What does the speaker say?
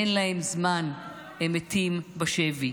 אין להם זמן, הם מתים בשבי.